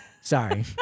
Sorry